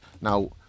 Now